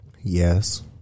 Yes